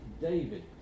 David